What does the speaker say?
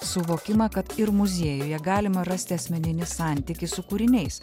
suvokimą kad ir muziejuje galima rasti asmeninį santykį su kūriniais